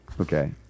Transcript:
Okay